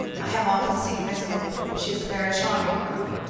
i have often seen miss moore she is a very charming girl,